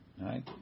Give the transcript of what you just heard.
right